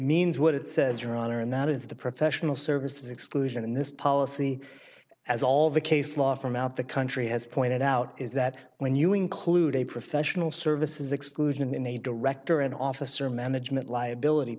means what it says your honor and that is the professional services exclusion in this policy as all the case law from out the country has pointed out is that when you include a professional services exclusion in a director an officer management liability